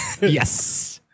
yes